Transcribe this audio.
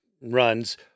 runs